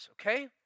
Okay